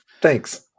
Thanks